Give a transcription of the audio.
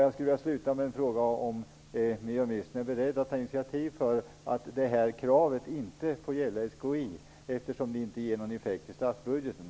Jag vill sluta med att fråga om miljöministern är beredd att ta initiativ till att detta krav inte får gälla SKI, eftersom det inte ger någon effekt i statsbudgeten.